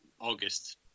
August